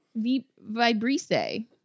Vibrisse